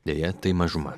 deja tai mažuma